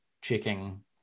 checking